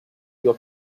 your